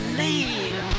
leave